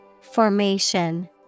Formation